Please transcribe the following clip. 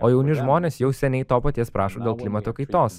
o jauni žmonės jau seniai to paties prašo dėl klimato kaitos